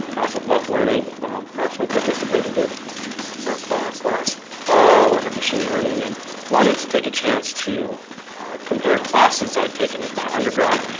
also love learning. i actually participated in that class last fall, in machine learning, and wanted to take a chance to compare classes i'd taken at the undergrad,